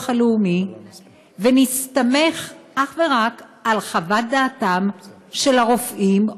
הלאומי ונסתמך אך ורק על חוות דעתם של הרופאים,